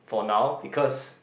for now because